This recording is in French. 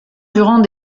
durant